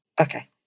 Okay